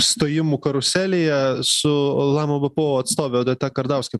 stojimų karuselėje su lama bpo atstove odeta kardauske